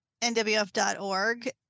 nwf.org